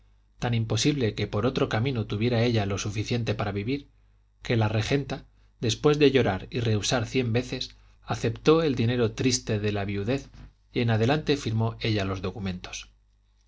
tan imposible que por otro camino tuviera ella lo suficiente para vivir que la regenta después de llorar y rehusar cien veces aceptó el dinero triste de la viudez y en adelante firmó ella los documentos